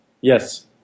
Yes